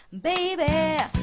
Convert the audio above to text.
Baby